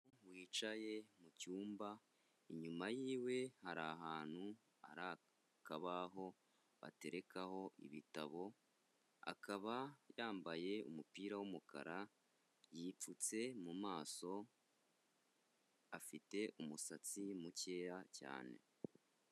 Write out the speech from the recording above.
Yicaye mu cyumba, inyuma y'iwe hari ahantu hari akabaho baterekaho ibitabo, akaba yambaye umupira w'umukara, yipfutse mu maso afite umusatsi mukeya cyane.